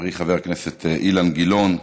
וחברי חבר הכנסת אילן גילאון,